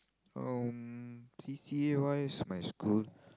um C_C_A wise my school